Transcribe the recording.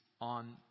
on